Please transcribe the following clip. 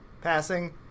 passing